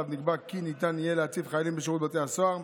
עליו נקבע כי ניתן יהיה להציב חיילים בשירות בתי הסוהר.